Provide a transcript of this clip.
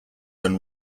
than